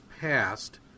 passed